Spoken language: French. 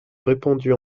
répandus